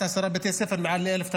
עשרה בתי ספר עם מעל ל-1,000 תלמידים.